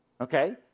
Okay